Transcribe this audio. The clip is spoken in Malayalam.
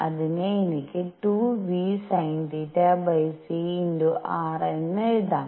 അതിനെ എനിക്ക് 2vsinθc r എന്ന് എഴുതാം